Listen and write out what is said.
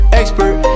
expert